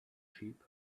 sheep